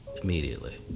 Immediately